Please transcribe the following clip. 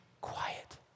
quiet